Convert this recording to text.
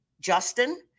Justin